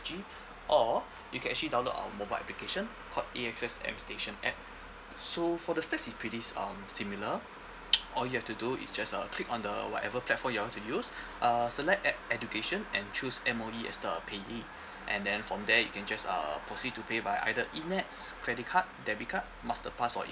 G or you can actually download our mobile application called A_X_S M station app so for the steps it's pretty um similar all you have to do is just uh click on the whatever platform you want to use uh select at education and choose M_O_E as the payee and then from there you can just uh proceed to pay by either enets credit card debit card master card or